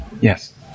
Yes